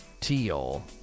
teal